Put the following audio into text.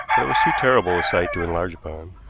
but it was too terrible a sight to enlarge upon.